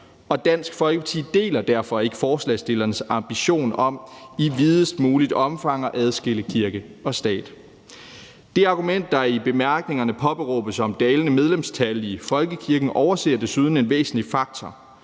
Dansk Folkeparti deler derfor ikke forslagsstillernes ambition om i videst muligt omfang at adskille kirke og stat. Det argument, der i bemærkningerne påberåbes, om dalende medlemstal i folkekirken overser desuden en væsentlig faktor,